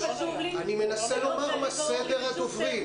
אנחנו נמצאים בשיח בממשלה וגם עם הסתדרות המורים